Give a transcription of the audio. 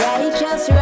Righteous